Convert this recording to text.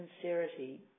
sincerity